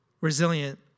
resilient